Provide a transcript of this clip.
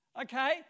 Okay